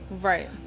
right